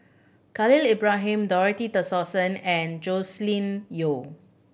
Khalil Ibrahim Dorothy Tessensohn and Joscelin Yeo